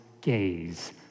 gaze